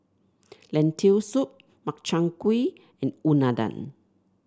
Lentil Soup Makchang Gui and Unadon